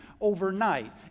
overnight